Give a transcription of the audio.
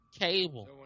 cable